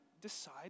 decide